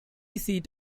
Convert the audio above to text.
seat